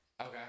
Okay